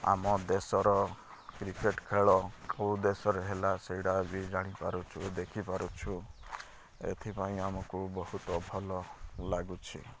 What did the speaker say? ଆମ ଦେଶର କ୍ରିକେଟ୍ ଖେଳ କେଉଁ ଦେଶରେ ହେଲା ସେଇଟା ବି ଜାଣିପାରୁଛୁ ଦେଖିପାରୁଛୁ ଏଥିପାଇଁ ଆମକୁ ବହୁତ ଭଲ ଲାଗୁଛି